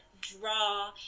draw